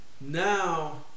Now